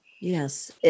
Yes